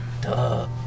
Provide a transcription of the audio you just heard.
duh